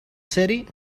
city